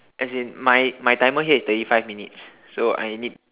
as in my my timer here is thirty five minutes so I need